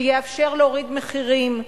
שיאפשר להוריד מחירים,